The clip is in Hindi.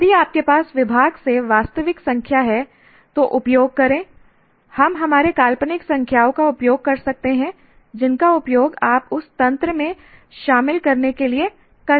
यदि आपके पास विभाग से वास्तविक संख्या है तो उपयोग करें हम हमारे काल्पनिक संख्याओं का उपयोग कर सकते हैं जिनका उपयोग आप उस तंत्र में शामिल करने के लिए कर सकते हैं